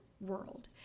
world